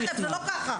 זה לא ככה.